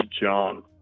John